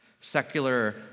Secular